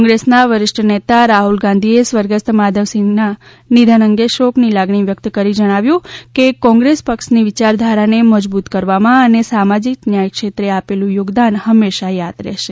કોંગ્રેસના વરિષ્ઠ નેતા રાહ્લ ગાંધીએ સ્વર્ગસ્થ માધવસિંહના નિધન અંગે શોકની લાગણી વ્યક્ત કરીને જણાવ્યું છે કે કોંગ્રેસ પક્ષની વિચારધારાને મજબૂત કરવામાં અને સામાજીક ન્યાયક્ષેત્રે આપેલું યોગદાન હંમેશા યાદ રહેશે